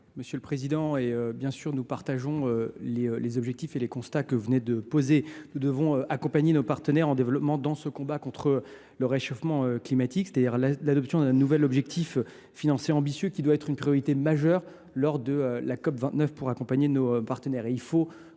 Monsieur le président, nous partageons les objectifs et les constats que vous venez d’évoquer. Nous devons accompagner nos partenaires en développement dans le combat contre le réchauffement climatique et l’adoption d’un nouvel objectif financier ambitieux doit être une priorité majeure de la COP29. Il faut que tous les